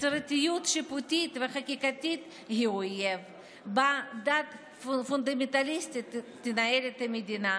יצירתיות שיפוטית וחקיקתית יהיו אויב ודת פונדמנטליסטית תנהל את המדינה.